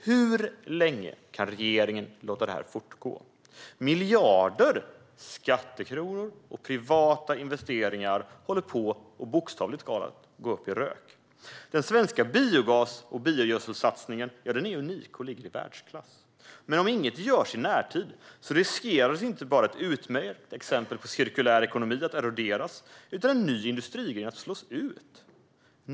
Hur länge kan regeringen låta det här fortgå? Miljarder skattekronor och privata investeringar håller bokstavligt talat på att gå upp i rök. Den svenska biogas och biogödselsatsningen är unik och ligger i världsklass. Men om inget görs i närtid riskerar inte bara ett utmärkt exempel på cirkulär ekonomi att eroderas. Det är också så att en ny industrigren riskerar att slås ut.